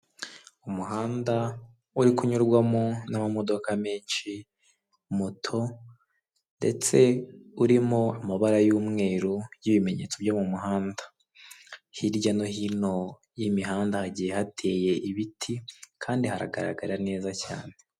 Umuhanda uri kunyurwamo n'amamodoka menshi moto ndetse urimo amabara y'umweru y'ibimenyetso byo mumuhanda hirya no hino y'imihanda hagiye hateye ibiti kandi haragaragara neza cyane.